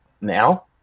now